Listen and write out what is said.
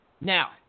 Now